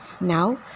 Now